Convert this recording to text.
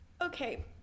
Okay